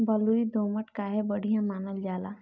बलुई दोमट काहे बढ़िया मानल जाला?